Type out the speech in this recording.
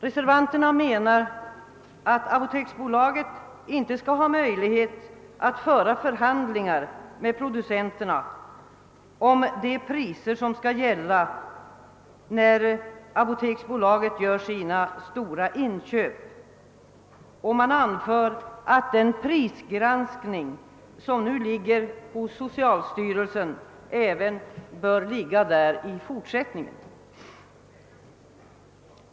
Reservanterna menar att apoteksbolaget inte bör ha möjlighet att föra förhandlingar med producenterna om de priser som skall gälla när apoteksbolaget gör sina stora inköp. Man anför att den prisgranskning som nu företas av socialstyrelsen bör ligga där även i fortsättningen.